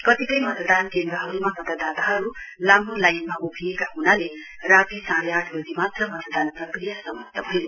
कतिपय मतदान केन्द्रहरुमा मतदाताहरु लामो लाइनमा उभिएका हुनाले राती साढ़े आठ वजीमात्र मतदान प्रक्रिया समाप्त भयो